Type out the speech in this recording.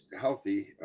healthy